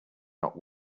not